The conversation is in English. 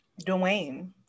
Dwayne